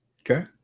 Okay